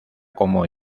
como